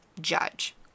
judge